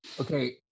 okay